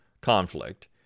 conflict